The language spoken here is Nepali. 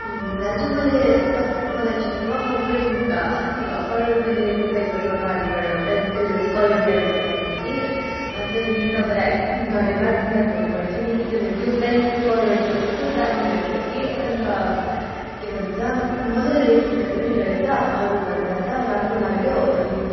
दाजु मैले तप मलाई चिन्नु भयो म प्रेनुका अस्ति भर्खर मैले तपाईँको दोकानबाट पेन्सिल कलर पेन्सिल लगेको थिएँ कि अन्त नि तपाईँलाई धन्यवाद दिनको लागि फोन गरेको थिएँ नि किनभने त्यो पेन्सिल कलर त कस्तो दामी रहेछ कि अन्त के भन्छ मजाले लेखिँदो पनि रहेछ अरूभन्दा त राम्रो लाग्यो अनि